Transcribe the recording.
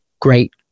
great